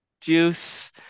juice